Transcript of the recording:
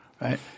Right